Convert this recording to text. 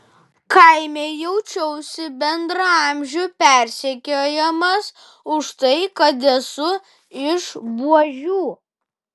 kaime jaučiausi bendraamžių persekiojamas už tai kad esu iš buožių